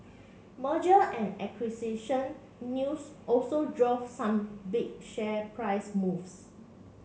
Merger and acquisition news also drove some big share price moves